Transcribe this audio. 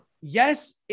yes